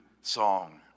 song